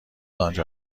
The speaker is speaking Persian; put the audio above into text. آنجا